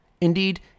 Indeed